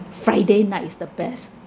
friday night is the best